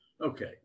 Okay